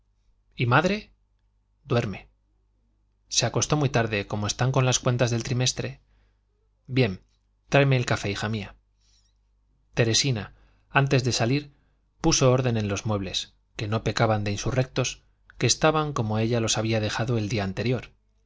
y madre duerme se acostó muy tarde como están con las cuentas del trimestre bien tráeme el café hija mía teresina antes de salir puso orden en los muebles que no pecaban de insurrectos que estaban como ella los había dejado el día anterior